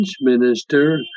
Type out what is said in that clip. minister